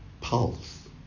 pulse